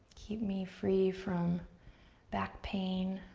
keep me free from back pain.